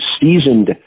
seasoned